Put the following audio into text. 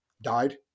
Died